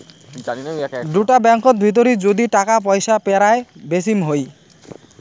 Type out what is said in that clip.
দুটা ব্যাঙ্কত ভিতরি যদি টাকা পয়সা পারায় বেচিম হই